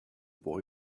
boy